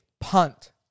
punt